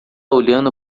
olhando